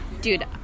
Dude